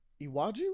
Iwaju